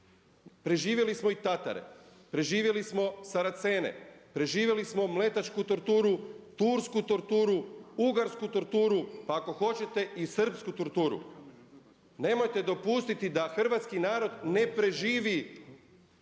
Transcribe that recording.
preživjeli smo i tatare, preživjeli smo Saracene, preživjeli smo mletačku torturu, tursku torturu, ugarsku torturu, pa ako hoćete i srpsku torturu. Nemojte dopustiti da hrvatski narod ne preživi